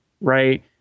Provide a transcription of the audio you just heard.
right